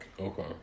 Okay